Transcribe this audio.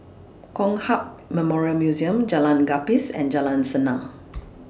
Kong Hiap Memorial Museum Jalan Gapis and Jalan Senang